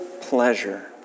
pleasure